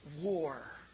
war